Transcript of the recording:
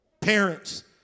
Parents